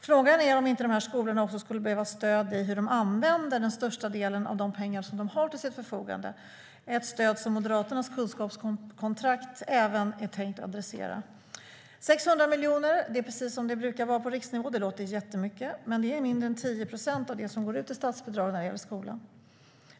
Frågan är om inte dessa skolor även skulle behöva stöd i hur de använder den största delen av de pengar de har till sitt förfogande, vilket också är ett stöd som Moderaternas kunskapskontrakt är tänkt att adressera. Precis som det brukar vara på riksnivå låter 600 miljoner jättemycket, men det är mindre än 10 procent av det som går ut i statsbidrag när det gäller skolan.